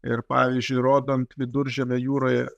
ir pavyzdžiui rodant viduržemio jūroje